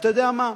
אתה יודע מה?